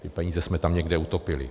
Ty peníze jsme tam někde utopili.